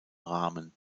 rahmen